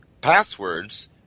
passwords